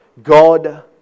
God